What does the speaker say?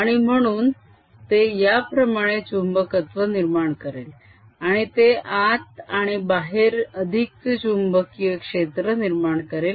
आणि म्हणून ते याप्रमाणे चुंबकत्व निर्माण करेल आणि ते आत आणि बाहेर अधिकचे चुंबकीय क्षेत्र निर्माण करेल